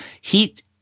Heat